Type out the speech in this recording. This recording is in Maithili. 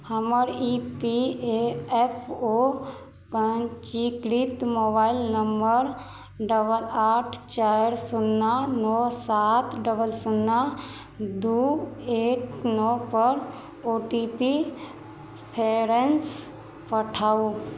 हमर ई पी एफ ओ पञ्जीकृत मोबाइल नंबर डबल आठ चारि शून्ना नओ सात डबल शून्ना दू एक नओ पर ओ टी पी फेरसँ पठाउ